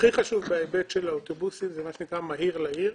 הכי חשוב בהיבט של האוטובוסים זה מה שנקרא מהיר לעיר,